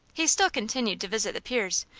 he still continued to visit the piers,